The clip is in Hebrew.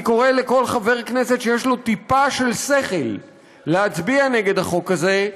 אני קורא לכל חבר כנסת שיש לו טיפה של שכל להצביע נגד החוק הזה,